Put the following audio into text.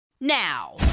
now